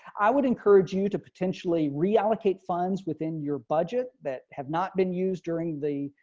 i would encourage you to potentially reallocate funds within your budget that have not been used during the